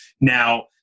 Now